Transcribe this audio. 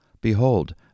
Behold